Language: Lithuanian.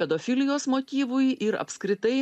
pedofilijos motyvui ir apskritai